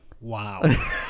Wow